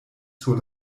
sur